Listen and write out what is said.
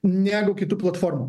negu kitų platformų